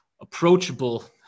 approachable